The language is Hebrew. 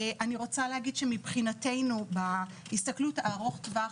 מבחינתנו ב'ארוך טווח',